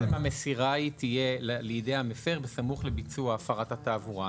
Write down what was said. המסירה תהיה לידי הפר בסמוך לביצוע הפרת התעברה.